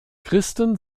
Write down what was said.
christen